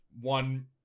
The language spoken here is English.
one